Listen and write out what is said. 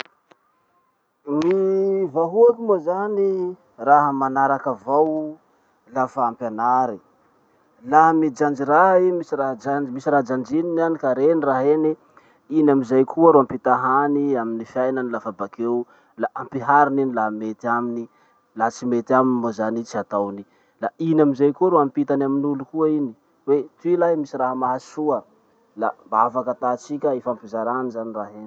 Ny vahoaky moa zany raha manaraky avao lafa ampianary. Laha mijanjy raha i misy raha janjy- misy raha janjininy any ka reny raha iny, iny amizay koa ro ampitahany amin'ny fiainany lafa bakeo, la ampihariny iny laha mety aminy, laha tsy mety aminy moa zany i tsy ataony. La iny amizay koa ro ampitany amin'olo koa iny hoe toy lahy misy raha mahasoa, la mba afaky atatsika ifampizarany zany raha iny.